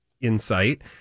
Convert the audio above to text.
insight